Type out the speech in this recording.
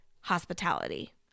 hospitality